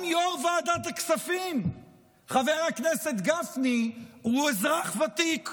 גם יושב-ראש ועדת הכספים חבר הכנסת גפני הוא אזרח ותיק.